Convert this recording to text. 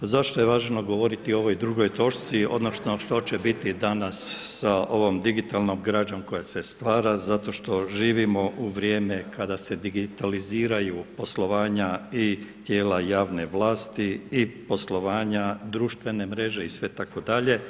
Zašto je važno govoriti o ovoj drugoj točci, odnosno, što će biti danas sa digitalnom građom koja se stvara, zato što živimo u vrijeme kada se digitaliziraju poslovanja i tijela javne vlasti i poslovanja društvene mreže i sve itd.